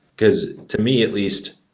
because, to meat least,